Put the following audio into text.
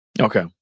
Okay